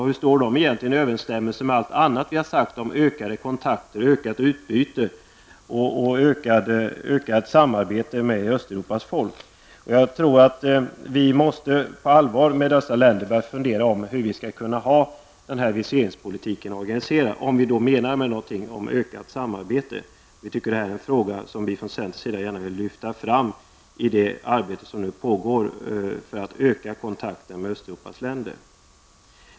Hur står det egentligen i överensstämmelse med allt annat som vi har sagt om ökade kontakter, ökat utbyte och ökat samarbete med Östeuropas folk? Jag tror att vi på allvar måste börja fundera på hur vi skall ha den här viseringspolitiken organiserad, om vi menar något med allt tal om ökat samarbete. Det är en fråga som vi från centerns sida gärna vill lyfta fram i det arbete som nu pågår för att öka kontakten med Östeuropas länder.